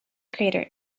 crater